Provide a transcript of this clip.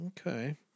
Okay